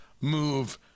move